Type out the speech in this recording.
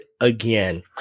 again